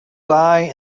die